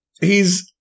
he's-